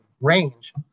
range